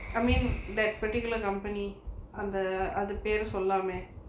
I mean that particular company அந்த அது பேரு சொல்லாமே:antha athu peru sollalamae